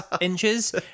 inches